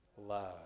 love